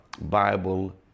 bible